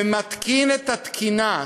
ומתקין את התקינה,